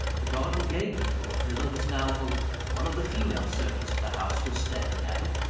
the garden-gate of north villa was now open. one of the female servants of the house was standing at it,